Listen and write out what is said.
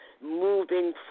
moving